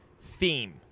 theme